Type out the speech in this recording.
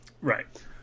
Right